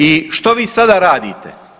I što vi sada radite?